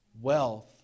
Wealth